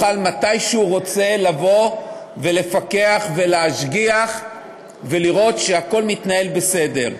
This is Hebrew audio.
הוא יוכל בכל עת שהוא רוצה לבוא לפקח ולהשגיח ולראות שהכול מתנהל בסדר.